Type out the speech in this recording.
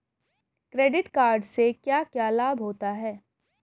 Credit card से क्या क्या लाभ होता है?